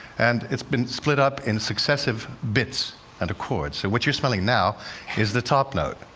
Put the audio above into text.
and it's been split up in successive bits and a chord. so what you're smelling now is the top note.